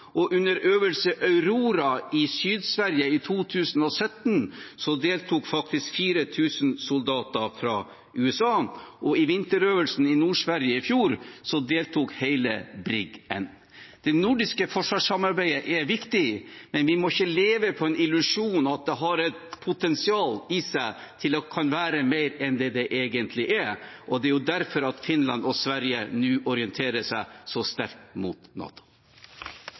Under øvelsen Aurora i Sør-Sverige i 2017 deltok faktisk 4 000 soldater fra USA, og under vinterøvelsen i Nord-Sverige i fjor deltok hele Brigade Nord. Det nordiske forsvarssamarbeidet er viktig, men vi må ikke leve på en illusjon om at det har potensial i seg til å kunne være mer enn det egentlig er. Det er jo derfor Finland og Sverige nå orienterer seg så sterkt mot NATO.